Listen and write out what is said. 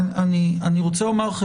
אני רוצה לומר לכם,